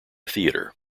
theater